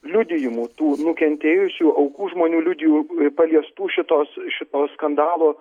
liudijimų tų nukentėjusių aukų žmonių liudijų paliestų šitos šito skandalo